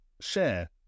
share